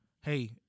hey